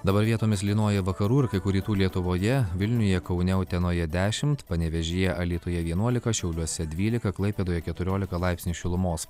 dabar vietomis lynoja vakarų ir kai kur rytų lietuvoje vilniuje kaune utenoje dešimt panevėžyje alytuje vienuolika šiauliuose dvylika klaipėdoje keturiolika laipsnių šilumos